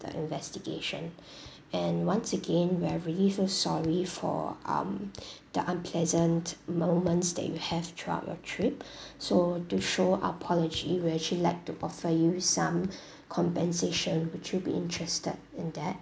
the investigation and once again we're really so sorry for um the unpleasant moments that you have throughout your trip so to show apology we'd actually like to offer you some compensation would you be interested in that